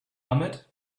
ahmed